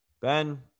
Ben